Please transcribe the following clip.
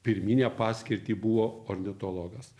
pirminę paskirtį buvo ornitologas